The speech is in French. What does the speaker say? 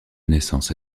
naissance